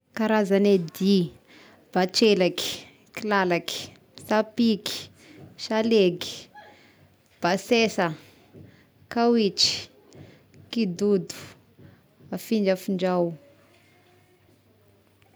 Karazagna eh dihy: batrelaky, kilalaky, sapiky, salegy, basesa, kawitry, kidodo, afindrafindrao.